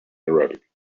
arabic